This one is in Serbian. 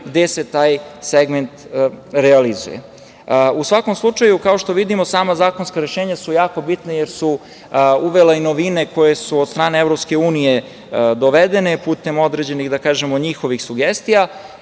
gde se taj segment realizuje.U svakom slučaju, kao što vidimo, sama zakonska rešenja su jako bitna jer su uvela i novine koje su od strane Evropske unije dovedene putem određenih, da kažemo, njihovih sugestija.